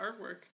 artwork